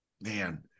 Man